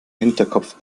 hinterkopf